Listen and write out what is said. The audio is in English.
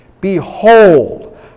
behold